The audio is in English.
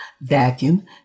vacuum